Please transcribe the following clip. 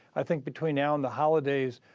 i think between now and the holidays,